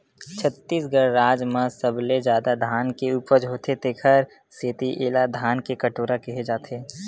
छत्तीसगढ़ राज म सबले जादा धान के उपज होथे तेखर सेती एला धान के कटोरा केहे जाथे